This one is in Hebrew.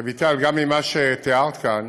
רויטל, גם ממה שתיארת כאן,